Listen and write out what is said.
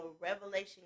revelation